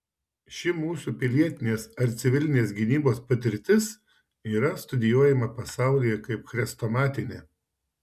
ši mūsų pilietinės ar civilinės gynybos patirtis yra studijuojama pasaulyje kaip chrestomatinė